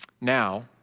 Now